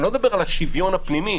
אני לא מדבר על השוויון הפנימי,